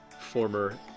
former